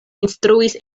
instruis